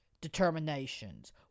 determinations